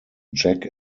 jack